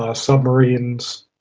ah submarines.